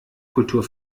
kultur